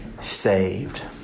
saved